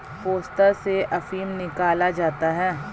पोस्ता से अफीम निकाला जाता है